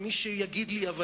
מי שיגיד לי: אבל,